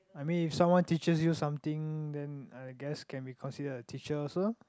I mean if someone teaches you something then I guess can be considered a teacher also lor